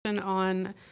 on